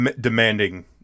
demanding